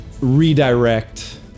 redirect